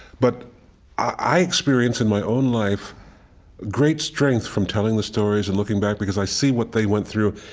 but i experience in my own life great strength from telling the stories and looking back, because i see what they went through,